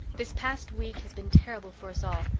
this past week has been terrible for us all,